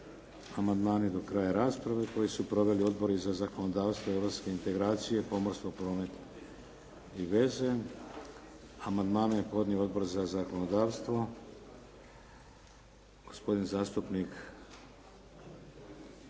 Amandmane do kraja rasprave koji su proveli Odbor za zakonodavstvo, europske integracije, pomorstvo, promet i veze. Amandmane je podnio Odbor za zakonodavstvo. Gospodin zastupnik